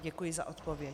Děkuji za odpověď.